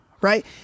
Right